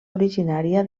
originària